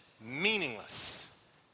meaningless